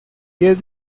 diez